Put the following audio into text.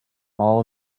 all